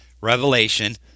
Revelation